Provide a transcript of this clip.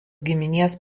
giminės